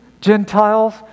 gentiles